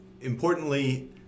importantly